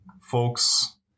folks